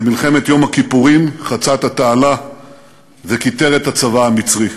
במלחמת יום הכיפורים חצה את התעלה וכיתר את הצבא המצרי.